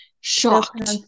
shocked